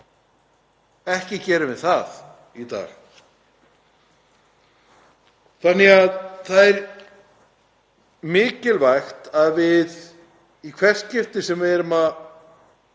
Ekki gerum við það í dag. Það er mikilvægt að í hvert skipti sem við erum að